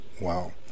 wow